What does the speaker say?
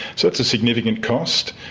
so it's a significant cost,